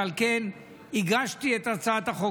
ועל כן הגשתי את הצעת החוק,